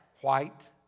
white